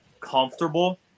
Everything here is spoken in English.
comfortable